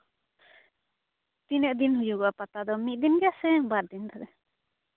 ᱛᱤᱱᱟᱹᱜ ᱫᱤᱱ ᱦᱩᱭᱩᱜᱚᱜᱼᱟ ᱯᱟᱛᱟ ᱫᱚ ᱢᱤᱫ ᱫᱤᱱ ᱜᱮᱥᱮ ᱵᱟᱨ ᱫᱤᱱ ᱫᱷᱚᱨᱮ